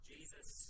Jesus